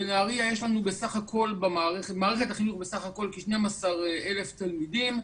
בנהריה יש לנו במערכת החינוך בסך הכול כ-12,000 תלמידים.